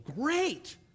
great